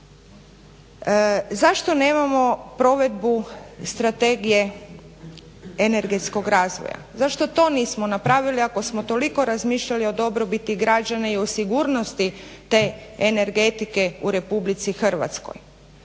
Zašto nemamo provedbu Strategije energetskog razvoja? Zašto to nismo napravili ako smo toliko razmišljali o dobrobiti građana i o sigurnosti te energetike u Republici Hrvatskoj?